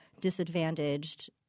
disadvantaged